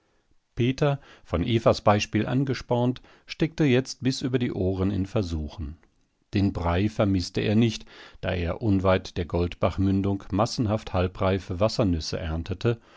peter von evas beispiel angespornt steckte jetzt bis über die ohren in versuchen den brei vermißte er nicht da er unweit der goldbachmündung massenhaft halbreife wassernüsse erntete